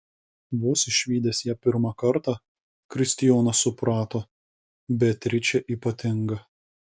vos išvydęs ją pirmą kartą kristijonas suprato beatričė ypatinga